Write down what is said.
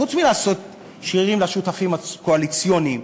חוץ מלעשות שרירים לשותפים הקואליציוניים